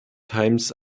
times